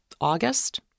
August